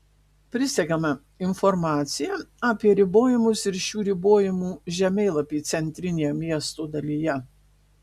prisegame informaciją apie ribojimus ir šių ribojimų žemėlapį centrinėje miesto dalyje